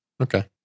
Okay